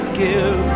give